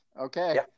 Okay